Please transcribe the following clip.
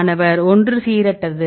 மாணவர் ஒன்று சீரற்றது